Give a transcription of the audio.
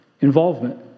Involvement